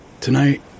Tonight